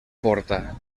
porta